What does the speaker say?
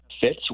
fits